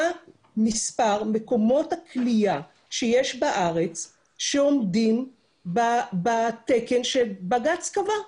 מה מספר מקומות הכליאה שיש בארץ שעומדים בתקן שבג"ץ קבע,